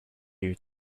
you